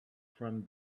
from